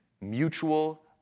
mutual